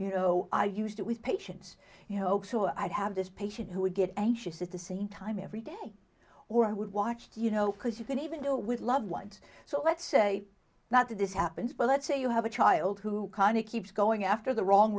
you know i used it with patients you know so i'd have this patient who would get anxious at the same time every day or i would watch two you know because you can even go with loved ones so let's say that this happens well let's say you have a child who can it keeps going after the wrong